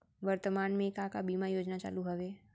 वर्तमान में का का बीमा योजना चालू हवये